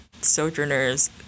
Sojourner's